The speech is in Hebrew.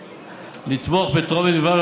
לתמוך בטרומית בלבד,